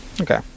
Okay